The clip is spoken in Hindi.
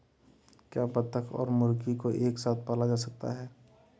क्या बत्तख और मुर्गी को एक साथ पाला जा सकता है?